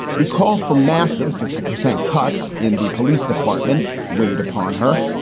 the call for massive fifty percent cuts in the police department weighed upon her.